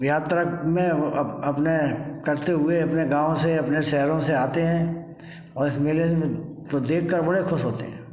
यात्रा में अपने करते हुए अपने गाँव से अपने शहरों से आते हैं और इस मेले में को देख कर बड़े खुश होते हैं